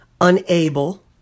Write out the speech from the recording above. unable